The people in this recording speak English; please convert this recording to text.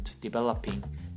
developing